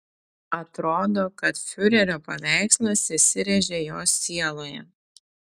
atrodo kad fiurerio paveikslas įsirėžė jo sieloje